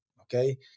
okay